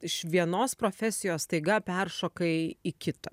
iš vienos profesijos staiga peršokai į kitą